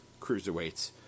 cruiserweights